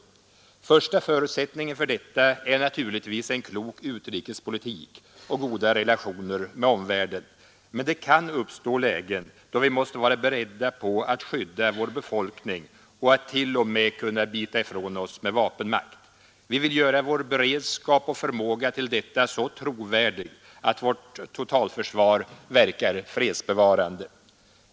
Första förutsättningen för detta är naturligtvis en klok utrikespolitik och goda relationer med omvärlden. Men det kan uppstå lägen då vi måste vara beredda på att kunna skydda vår befolkning och att t.o.m. kunna bita ifrån oss med vapenmakt. Vi vill göra vår beredskap och förmåga till detta så trovärdig att vårt totalförsvar verkar fredsbevarande.